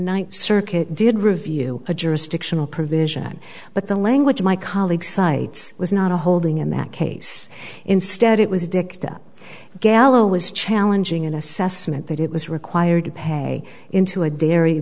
ninth circuit did review a jurisdictional provision but the language my colleague cites was not a holding in that case instead it was dicta gallo was challenging an assessment that it was required to pay into a dairy